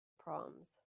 proms